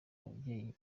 ababyeyi